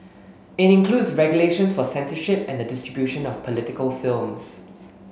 it includes regulations for censorship and the distribution of political films